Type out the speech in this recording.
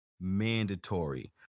mandatory